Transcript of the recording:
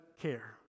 care